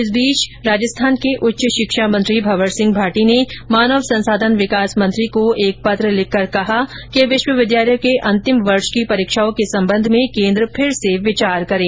इस बीच राजस्थान के उच्च शिक्षा मंत्री भंवर सिंह भाटी ने मानव संसाधन विकास मंत्री रमेश पोखरियाल निशंक को एक पत्र लिखकर कहा है कि विश्वविद्यालयों के अंतिम वर्ष की परीक्षाओं के संबंध में केन्द्र फिर से विचार करें